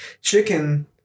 chicken